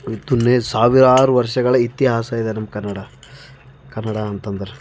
ಸಾವಿರಾರು ವರ್ಷಗಳ ಇತಿಹಾಸ ಇದೆ ನಮ್ಮ ಕನ್ನಡ ಕನ್ನಡ ಅಂತಂದ್ರೆ